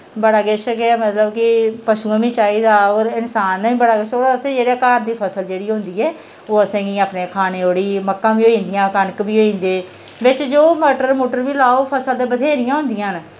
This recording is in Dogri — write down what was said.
बड़ा किश कि मतलब कि पशुएं बी चाहिदा और इन्सान नै बी बड़ा किश और असें जेह्ड़ी घर दी फसल जेह्ड़ी होंदी ऐ ओह् असें गी अपने खाने जुगड़ी मक्कां बी होई जंदियां कनक बी होई जंदी बिच जो मटर मुटर बी लाओ फसल ते बत्हेरियां होंदियां न